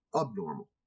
abnormal